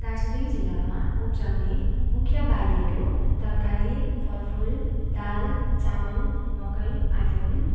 दार्जिलिङ जिल्लामा उब्जाउने मुख्य बालीहरू तरकारी फलफुल दाल चामल मकै आदि हुन्